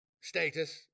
Status